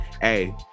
Hey